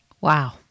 Wow